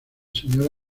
señora